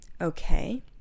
Okay